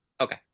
Okay